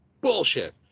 Bullshit